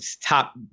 top